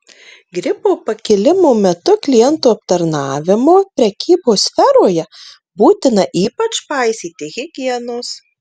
gripo pakilimo metu klientų aptarnavimo prekybos sferoje būtina ypač paisyti higienos